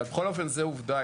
אבל בכל אופן זה עובדה,